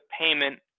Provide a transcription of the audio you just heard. payment